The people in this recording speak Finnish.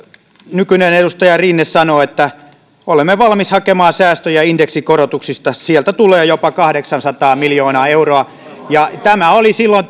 nykyinen edustaja rinne sanoo että he ovat valmiit hakemaan säästöjä indeksikorotuksista ja että sieltä tulee jopa kahdeksansataa miljoonaa euroa tämä oli silloin